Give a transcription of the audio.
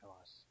lost